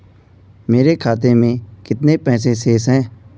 मेरे खाते में कितने पैसे शेष हैं?